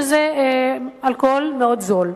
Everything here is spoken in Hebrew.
שזה אלכוהול מאוד זול.